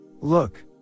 Look